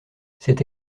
cette